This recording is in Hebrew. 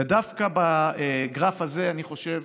ודווקא בגרף הזה אני חושב